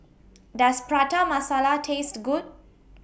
Does Prata Masala Taste Good